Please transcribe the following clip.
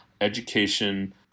education